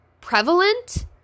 prevalent